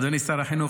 אדוני שר החינוך,